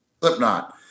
Slipknot